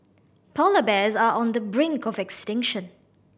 polar bears are on the brink of extinction